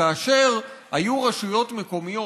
כאשר היו רשויות מקומיות,